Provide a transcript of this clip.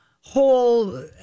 whole